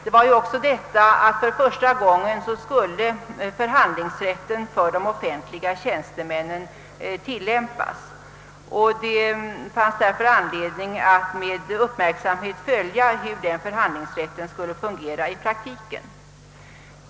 Det var ju också första gången som förhandlingsrätten för de offentliga tjänstemännen skulle tillämpas. Det fanns därför anledning att med vaksamhet följa hur den nya förhandlingsrätten skulle fungera i praktiken.